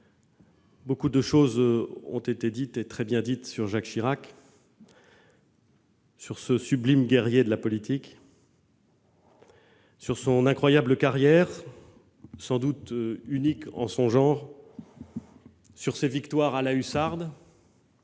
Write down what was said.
Beaucoup a été dit, et très bien dit, sur ce sublime guerrier de la politique, sur son incroyable carrière, sans doute unique en son genre, sur ses victoires à la hussarde,